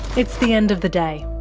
it's the end of the day.